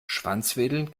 schwanzwedelnd